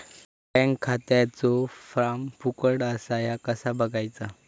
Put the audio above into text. Bank खात्याचो form फुकट असा ह्या कसा बगायचा?